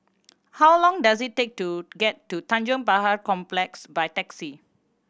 how long does it take to get to Tanjong Pagar Complex by taxi